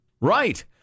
Right